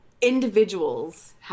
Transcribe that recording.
Individuals